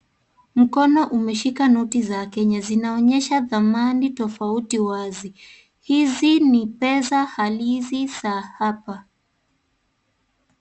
Mkono umeshika noti za Kenya zinaonyesha dhamani tofauti wazi, hizi ni pesa halisi za hapa.